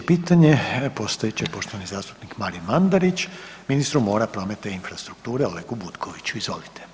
Slijedeće pitanje postavit će poštovani zastupnik Marin Mandarić ministru mora, prometa i infrastrukture Olegu Butkoviću, izvolite.